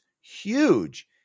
huge